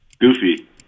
Goofy